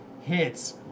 hits